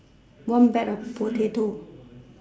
one bag of potato